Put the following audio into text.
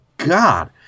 God